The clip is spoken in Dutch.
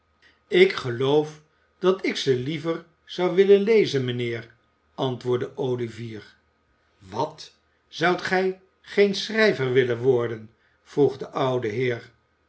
ik geloof dat ik ze liever zou willen lezen mijnheer antwoordde olivier wat zoudt gij geen schrijver willen worden vroeg de oude heer